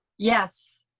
yes.